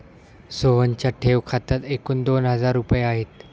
सोहनच्या ठेव खात्यात एकूण दोन हजार रुपये आहेत